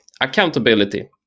Accountability